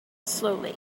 slowly